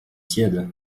tiède